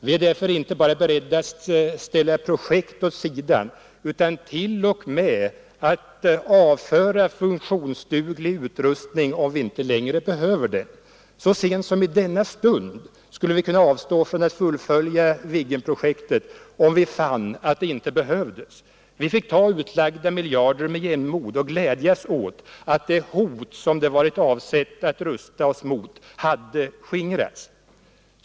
Vi är därför inte bara beredda att ställa projekt åt sidan utan t.o.m. att avföra funktionsduglig utrustning, om vi inte längre behöver den. Så sent som i denna stund skulle vi kunna avstå från att fullfölja Viggenprojektet, om vi fann att det inte behövdes. Vi fick ta utlagda miljarder med jämnmod och glädjas åt att det hot som de varit avsedda att rusta oss mot hade skingrats.